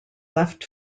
left